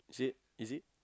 is it easy